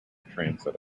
transit